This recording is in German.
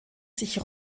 sich